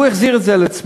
הוא החזיר את זה לצמיחה.